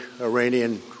Iranian